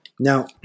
Now